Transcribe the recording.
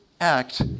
act